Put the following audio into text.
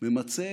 ממצה